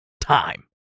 time